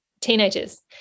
teenagers